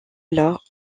alors